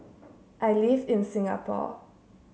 I live in Singapore